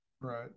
Right